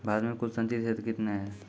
भारत मे कुल संचित क्षेत्र कितने हैं?